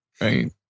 Right